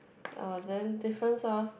uh then difference lor